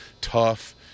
Tough